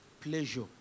Pleasure